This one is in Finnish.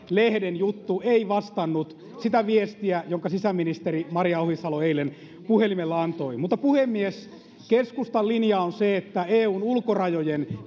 lehden juttu ei vastannut sitä viestiä jonka sisäministeri maria ohisalo eilen puhelimessa antoi puhemies keskustan linja on se että eun ulkorajojen